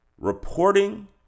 reporting